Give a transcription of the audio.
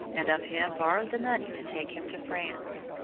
and of him borrowed the money to take him to france.